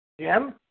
Jim